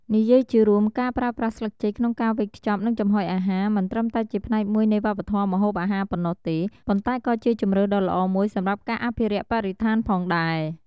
និយាយជារួម ការប្រើប្រាស់ស្លឹកចេកក្នុងការវេចខ្ចប់ និងចំហុយអាហារ មិនត្រឹមតែជាផ្នែកមួយនៃវប្បធម៌ម្ហូបអាហារប៉ុណ្ណោះទេ ប៉ុន្តែក៏ជាជម្រើសដ៏ល្អមួយសម្រាប់ការអភិរក្សបរិស្ថានផងដែរ។